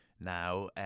Now